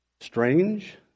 strange